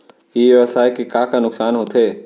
ई व्यवसाय के का का नुक़सान होथे?